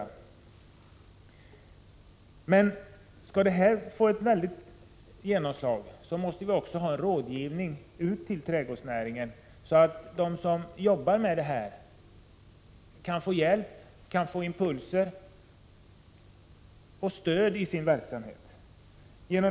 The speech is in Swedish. Om det skall kunna bli ett genomslag måste vi ha en rådgivning för trädgårdsnäringen, så att de som arbetar med den här produktionen kan få hjälp, impulser och stöd.